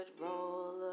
roll